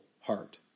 heart